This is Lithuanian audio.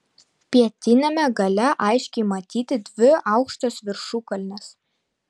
pietiniame gale aiškiai matyti dvi aukštos viršukalnės